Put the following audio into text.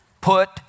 Put